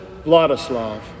Vladislav